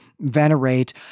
venerate